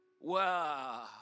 Wow